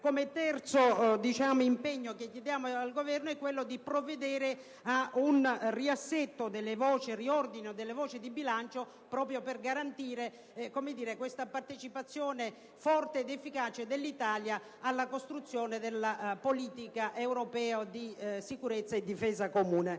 Il terzo impegno che chiediamo al Governo è quello di provvedere ad un riordino delle voci di bilancio proprio per garantire questa partecipazione forte ed efficace dell'Italia alla costruzione della politica europea di sicurezza e difesa comune.